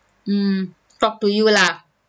mm talk to you lah